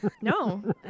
no